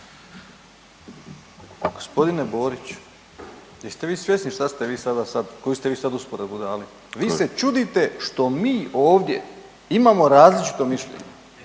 Gospodine Borić, jeste li vi svjesni šta ste vi sada, koju ste vi sad usporedbu dali? Vi se čudite što mi ovdje imamo različito mišljenje.